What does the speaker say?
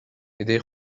ایده